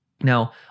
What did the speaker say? Now